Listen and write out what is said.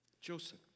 Joseph